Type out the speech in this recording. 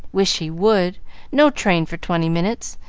wish he would no train for twenty minutes,